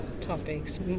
topics